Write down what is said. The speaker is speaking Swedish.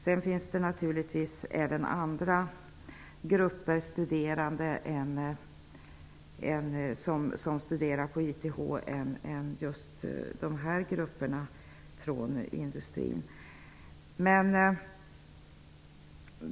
Det finns naturligtvis flera grupper studerande -- inte bara från industrin -- som studerar vid YTH.